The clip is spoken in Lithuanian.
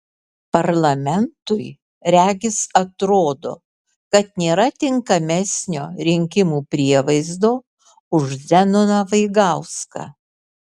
parlamentui regis atrodo kad nėra tinkamesnio rinkimų prievaizdo už zenoną vaigauską